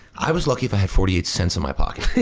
i was lucky if i had forty eight cents in my pocket.